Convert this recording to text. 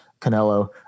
Canelo